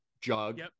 jug